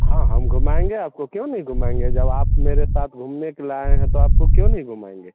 हाँ हम घुमाएँगे आपको क्यों नहीं घुमाएँगे जब आप मेरे साथ घूमने के लिए आए हैं तो आपको क्यों नहीं घुमाएँगे हाँ